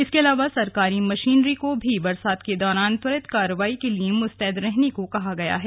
इसके अलावा सरकारी मशीनरी को भी बरसात के दौरान त्वरित कार्रवाई के लिए मुस्तैद रहने को कहा गया है